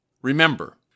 Remember